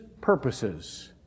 purposes